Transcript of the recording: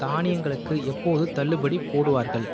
தானியங்களுக்கு எப்போது தள்ளுபடி போடுவார்கள்